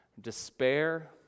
despair